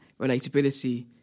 relatability